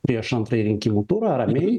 prieš antrąjį rinkimų turą ramiai